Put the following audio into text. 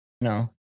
No